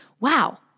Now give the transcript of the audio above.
Wow